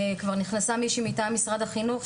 כבר נכנסה מישהי מטעם משרד החינוך,